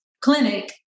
clinic